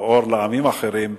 או אור לעמים אחרים,